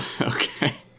okay